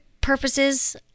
purposes